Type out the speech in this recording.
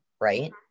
right